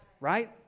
Right